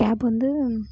gap வந்து